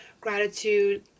gratitude